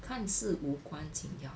看似无关紧要